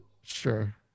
Sure